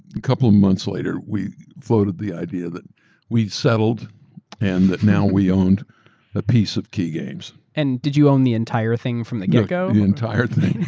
a couple of months later, we floated the idea that we settled and that now we owned a piece of kee games. and did you own the entire thing from the get-go? the entire thing.